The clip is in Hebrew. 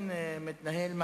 הוא ניצל את